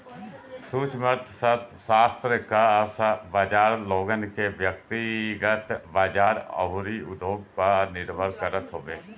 सूक्ष्म अर्थशास्त्र कअ सब बाजार लोगन के व्यकतिगत बाजार अउरी उद्योग पअ निर्भर करत हवे